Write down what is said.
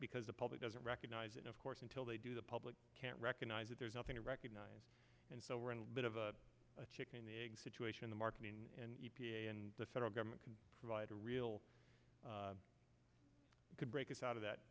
because the public doesn't recognize and of course until they do the public can't recognize that there's nothing to recognize and so we're in a bit of a chicken egg situation the market in and the federal government can provide a real good break us out of that